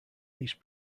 east